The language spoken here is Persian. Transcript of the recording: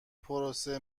پروسه